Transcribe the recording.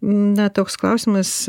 na toks klausimas